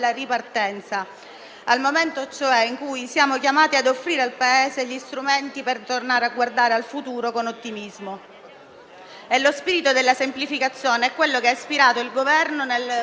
Lo spirito della semplificazione è quello che ha ispirato il Governo nel formalizzare il decreto-legge ed è questo anche lo spirito - ne do atto alle colleghe e ai colleghi di tutti i Gruppi di maggioranza e di opposizione - che ha accompagnato il lavoro nelle Commissioni.